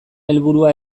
helburua